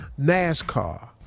NASCAR